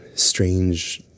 strange